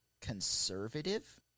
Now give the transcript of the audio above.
conservative